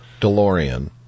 DeLorean